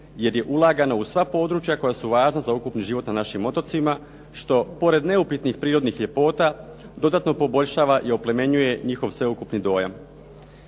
jer je ulagano u sva područja koja su važna za ukupni život na našim otocima, što pored neupitnih prirodnih ljepota dodatno poboljšava i oplemenjuje njihov sveukupni dojam.